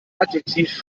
adjektiv